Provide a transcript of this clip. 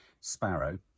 Sparrow